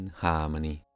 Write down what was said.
harmony